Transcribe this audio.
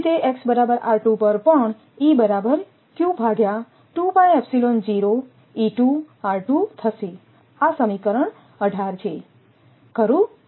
એ જ રીતે x બરાબર પર પણઆ સમીકરણ 18 છે ખરું